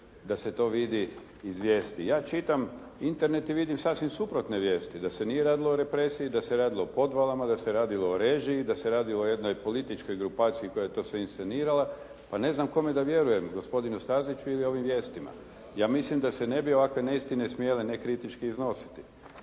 da se to vidi iz vijesti.", ja čitam, Internet je sasvim suprotne vijesti, da se nije radilo o represiji, da se radilo o podvalama, da se radilo o režiji, da se radilo o jednoj političkoj grupaciji koja je to sve insinuirala. Pa ne znam kome da vjerujem, gospodinu Staziću ili ovim vijestima. Ja mislim da se ne bi ovakve neistine smjele nekritički iznositi.